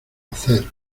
hacer